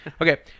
Okay